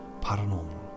paranormal